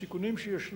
עם הסיכונים שישנם